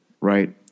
right